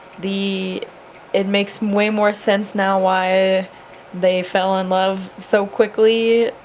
the it makes way more sense now why they fell in love so quickly,